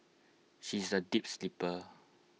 she is A deep sleeper